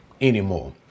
anymore